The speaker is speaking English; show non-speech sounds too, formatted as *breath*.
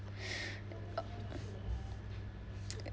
*breath*